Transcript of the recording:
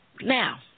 Now